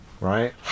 right